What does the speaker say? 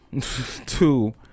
Two